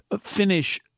finish